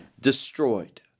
destroyed